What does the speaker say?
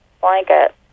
blanket